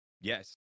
Yes